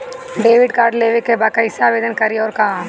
Debit card लेवे के बा कइसे आवेदन करी अउर कहाँ?